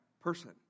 person